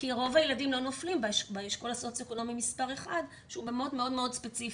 כי רוב הילדים לא נופלים באשכול הסוציו אקונומי 1 שהוא מאוד ספציפי.